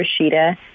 Rashida